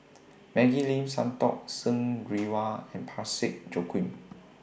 Maggie Lim Santokh Singh Grewal and Parsick Joaquim